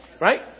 Right